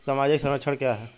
सामाजिक संरक्षण क्या है?